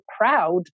proud